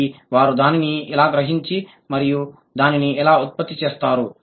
మరి వారు దానిని ఎలా గ్రహించి మరియు దానిని ఎలా ఉత్పత్తి చేస్తారు